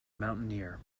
mountaineer